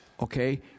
okay